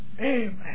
Amen